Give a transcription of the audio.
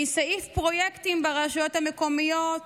מסעיף פרויקטים ברשויות המקומיות